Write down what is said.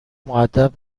مودب